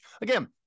again